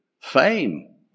fame